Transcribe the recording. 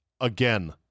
again